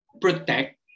protect